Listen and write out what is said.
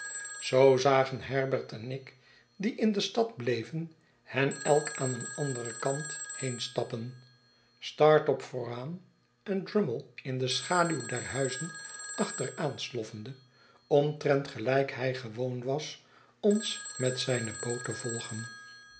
zoo zagen herbert en ik die in de stad bleven hen elk aan een anderen kant heenstappen startop vooraan en drummle in de schaduw der huizen achteraansloffende omtrent gelijk hij gewoon was ons met zijne boot te volgen